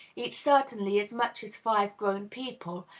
eat certainly as much as five grown people,